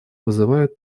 вызывает